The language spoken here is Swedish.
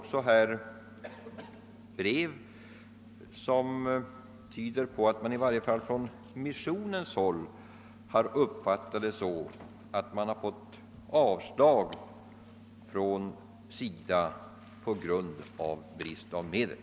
Jag har dock brev som tyder på att man i varje fall från missionens håll har uppfattat saken så att man fått avslag från SIDA på grund av brist på medel.